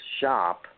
shop